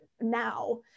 now